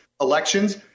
elections